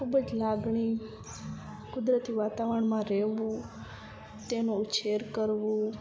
ખૂબ જ લાગણી કુદરતી વાતાવરણમાં રહેવું તેનો ઉછેર કરવો